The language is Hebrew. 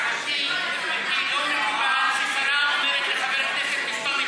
גברתי, לא מקובל ששרה אומרת לחבר כנסת תסתום את